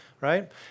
right